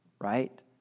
right